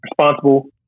Responsible